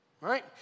right